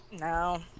No